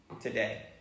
today